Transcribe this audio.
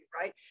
right